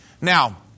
Now